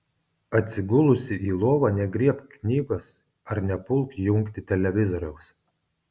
atsigulusi į lovą negriebk knygos ar nepulk jungti televizoriaus